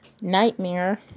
Nightmare